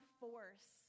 force